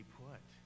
put